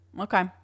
Okay